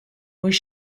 was